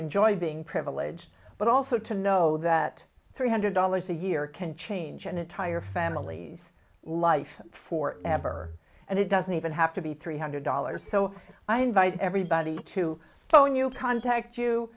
enjoy being privilege but also to know that three hundred dollars a year can change an entire family life for ever and it doesn't even have to be three hundred dollars so i invite everybody to phone you contact you